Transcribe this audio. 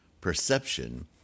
perception